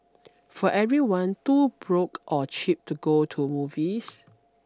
for everyone too broke or cheap to go to movies